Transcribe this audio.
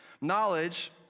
Knowledge